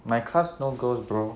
my class no girls bro